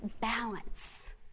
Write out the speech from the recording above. balance